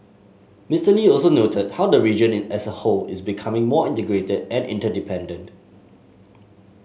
Mister Lee also noted how the region as a whole is becoming more integrated and interdependent